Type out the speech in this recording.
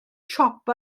siop